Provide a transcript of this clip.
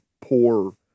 poor